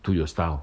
to your style